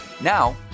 Now